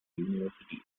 universities